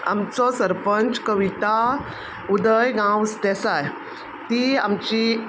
आमचो सरपंच कविता उदय गांवस देसाय ती आमची